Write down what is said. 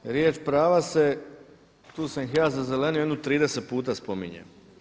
Riječ prava se, tu sam ih ja zazelenio jedno 30 puta spominje.